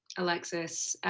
alexis.